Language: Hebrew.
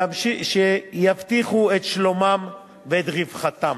שיבטיחו את שלומם ואת רווחתם.